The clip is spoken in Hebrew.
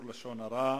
תוכל